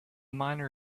miner